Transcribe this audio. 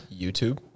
youtube